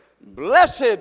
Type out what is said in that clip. Blessed